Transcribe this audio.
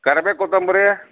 ಕರ್ಬೇವು ಕೊತ್ತಂಬರಿ